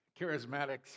charismatics